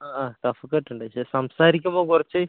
ആ ആ കഫക്കെട്ട് ഉണ്ട് സംസാരിക്കുമ്പം കുറച്ച്